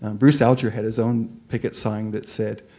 um bruce alger had his own picket sign that said,